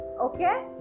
okay